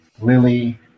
Lily